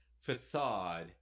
facade